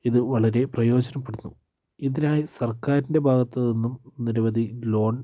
ഇത് വളരെ പ്രയോജനപ്പെടുന്നു ഇതിനായി സർക്കാരിൻ്റെ ഭാഗത്തു നിന്നും നിരവധി ലോൺ